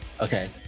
Okay